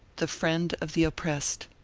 the friend of the oppressed.